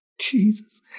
Jesus